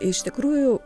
iš tikrųjų